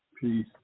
Peace